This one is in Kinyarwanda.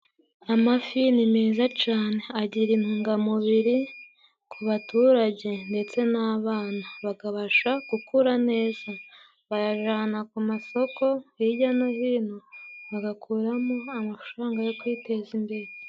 Amafi ni meza cane agira intungamubiri ku baturage ndetse n'abana bagabasha gukura neza bayajana ku masoko hijya no hino bagakuramo amafaranga yo kwiteza imbere.